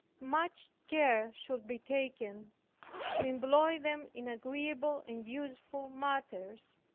much care should be taken to employ them in agreeable and useful matters.